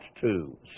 two